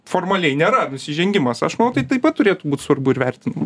formaliai nėra nusižengimas aš manau tai taip pat turėtų būt svarbu vertinama